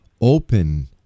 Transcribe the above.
open